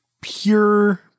pure